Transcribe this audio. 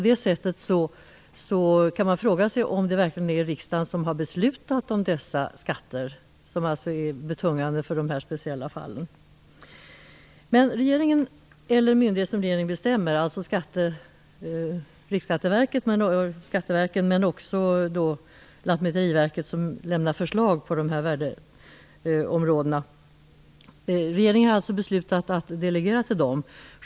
Därför kan man fråga sig om det verkligen är riksdagen som har beslutat om de skatter som är betungande i dessa speciella fall. Det är regeringen eller myndighet som regeringen bestämmer som skall besluta. Det är gäller Riksskatteverket, skattemyndigheterna men också Lantmäteriverket, som lämnar förslag på värdeområden. Regeringen har alltså beslutat att delegera till dessa myndigheter.